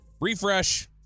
Refresh